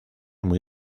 muy